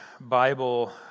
Bible